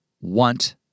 want